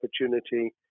opportunity